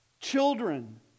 children